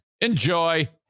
Enjoy